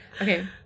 Okay